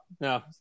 no